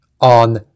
on